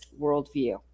worldview